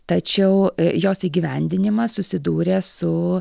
tačiau jos įgyvendinimas susidūrė su